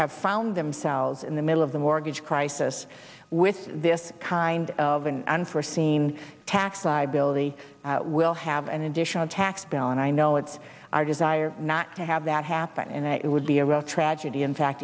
have found themselves in the middle of the mortgage crisis with this kind of an unforseen tax liability will have an additional tax bill and i know it's our desire not to have that happen and it would be a real tragedy in fact